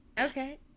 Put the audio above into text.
okay